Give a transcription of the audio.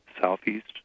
Southeast